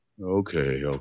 Okay